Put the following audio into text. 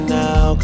now